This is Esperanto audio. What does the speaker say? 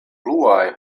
pluaj